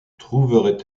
trouverait